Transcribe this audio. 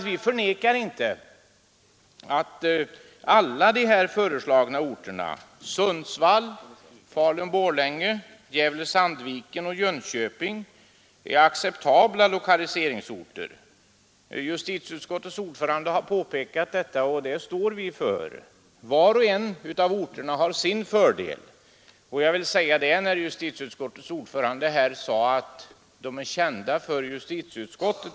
Vi förnekar inte att alla de föreslagna orterna — Sundsvall, Falun Borlänge, Gävle-Sandviken och Jönköping — är acceptabla lokaliseringsorter. Justitieutskottets ordförande har påpekat detta, och den uppfattningen står vi för. Var och en av orterna har sin fördel. Justitieutskottets ordförande sade att justitieutskottet känner till dessa orter.